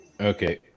Okay